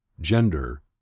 gender